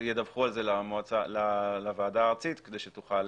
ידווחו על זה לוועדה הארצית כדי שתוכל